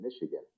Michigan